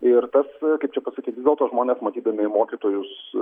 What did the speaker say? ir tas kaip čia pasakyt vis dėlto žmonės matydami mokytojus